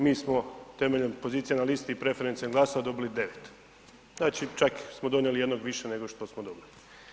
Mi smo temeljem pozicije na listi preferencionalnih glasova dobili 9, znači, čak smo donijeli jednog više, nego što smo dobili.